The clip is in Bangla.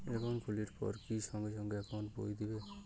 একাউন্ট খুলির পর কি সঙ্গে সঙ্গে একাউন্ট বই দিবে?